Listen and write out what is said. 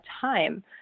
time